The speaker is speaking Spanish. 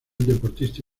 deportista